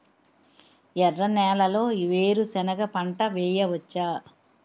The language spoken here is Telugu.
ఎర్ర నేలలో వేరుసెనగ పంట వెయ్యవచ్చా?